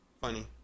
funny